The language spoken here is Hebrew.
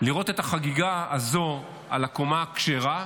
לראות את החגיגה הזאת על הקומה הכשרה